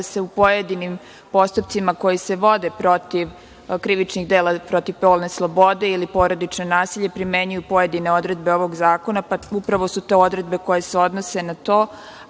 da se u pojedinim postupcima koji se vode protiv krivičnih dela protiv polne slobode ili porodično nasilje primenjuju pojedine odredbe ovog zakona, pa upravo su to odredbe koje se odnose na to,